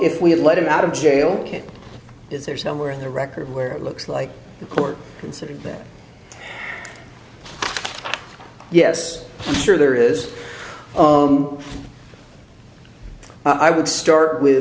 if we had let him out of jail can't is there somewhere in the record where it looks like the court considered that yes sure there is i would start with